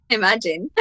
imagine